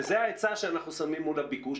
וזה ההיצע שאנחנו שמים מול הביקוש.